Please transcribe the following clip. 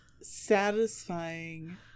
satisfying